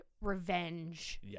revenge